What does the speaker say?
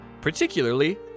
particularly